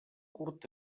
curt